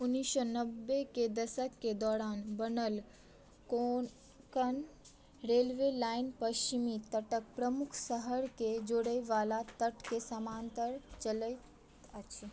उन्नीस सए नब्बेके दशकके दौरान बनल कोंकण रेलवे लाइन पश्चिमी तटक प्रमुख शहरके जोड़यवाला तटके समानान्तर चलैत अछि